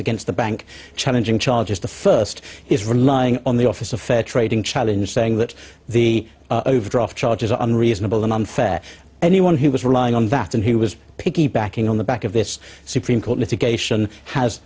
against the bank challenging charges the first is relying on the office of fair trading challenge saying that the overdraft charges are unreasonable and unfair anyone who was relying on that and who was piggybacking on the back of this supreme court litigation has